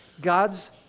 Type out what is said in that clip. God's